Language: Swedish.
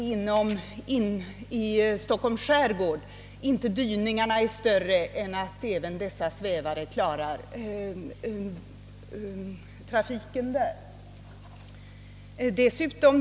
Inom Stockholms skärgård torde inte heller dyningarna vara större än att även dessa svävare kan ta sig fram.